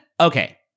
Okay